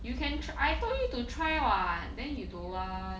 you can try told me to try lah then you do lah